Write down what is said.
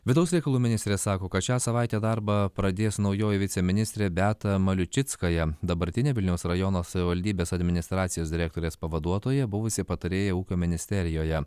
vidaus reikalų ministrė sako kad šią savaitę darbą pradės naujoji viceministrė beata maliušickaja dabartinė vilniaus rajono savivaldybės administracijos direktorės pavaduotoja buvusi patarėja ūkio ministerijoje